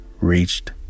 reached